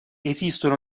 esistono